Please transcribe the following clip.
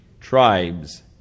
tribes